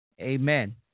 Amen